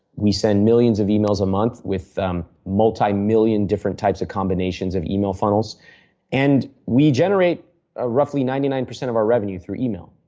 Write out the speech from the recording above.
we send millions of emails a month with multimillion different types of combinations of email funnels and we generate ah roughly ninety nine percent of our revenue through email.